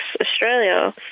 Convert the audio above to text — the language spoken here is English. Australia